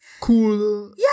cool